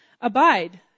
Abide